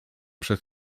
przed